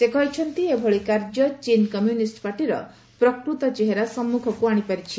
ସେ କହିଛନ୍ତି ଏଭଳି କାର୍ଯ୍ୟ ଚୀନ୍ କମ୍ୟୁନିଷ୍ଟ ପାର୍ଟିର ପ୍ରକୃତ ଚେହେରା ସମ୍ମୁଖକୁ ଆଶିପାରିଛି